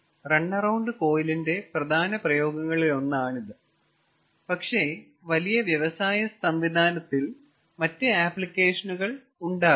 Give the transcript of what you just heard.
run around കോയിലിന്റെ പ്രധാന പ്രയോഗങ്ങളിലൊന്നാണിത് പക്ഷേ വലിയ വ്യവസായ സംവിധാനത്തിൽ മറ്റ് ആപ്ലിക്കേഷനുകൾ ഉണ്ടാകാം